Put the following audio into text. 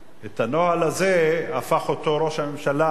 הנוהל הזה, הפך אותו ראש הממשלה,